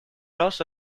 also